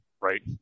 right